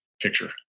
picture